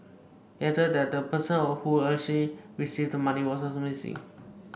he added that the person who received the money was also missing